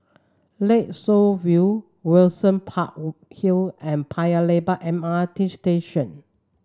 Lakeshore View Windsor Park Hill and Paya Lebar M R T Station